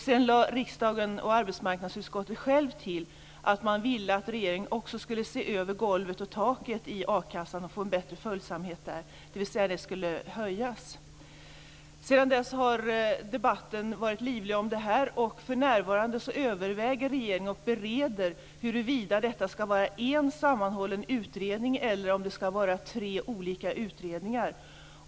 Sedan lade riksdagen och arbetsmarknadsutskottet själva till att man ville att regeringen också skulle se över golvet och taket i a-kassan och få en bättre följsamhet där, dvs. att det skulle höjas. Sedan dess har debatten om det här varit livlig. För närvarande överväger och bereder regeringen huruvida det skall vara en sammanhållen utredning eller tre olika utredningar.